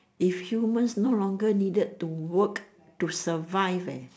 if humans no longer needed to work to survive eh